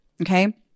Okay